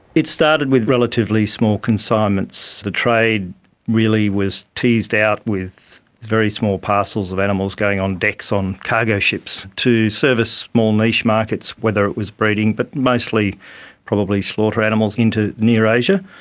it started with relatively small consignments. the trade really was teased out with very small parcels of animals going on decks on cargo ships to service small niche markets, whether it was breeding, but mostly probably slaughter animals into near asia,